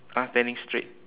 ah turning straight